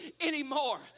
anymore